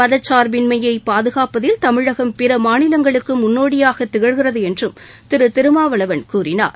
மதச்சார்பின்மைய பாதுகாப்பதில் தமிழகம் பிற மாநிலங்களுக்கு முன்னோடியாக திகழ்கிறது என்றும் திரு திருமாவளவன் கூறினார்